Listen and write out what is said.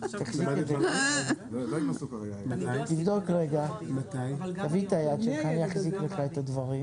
אחרי סעיף 32 יקראו: "קביעת מכסות שניתן פיצוי בגין ויתור